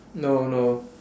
no no